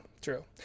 true